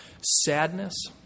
sadness